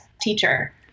teacher